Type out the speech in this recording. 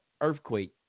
earthquake